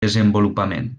desenvolupament